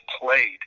played